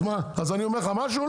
אז מה אז אני אומר לך משהו?